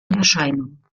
erscheinung